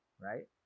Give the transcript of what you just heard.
right